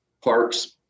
parks